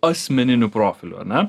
asmeninių profilių ar ne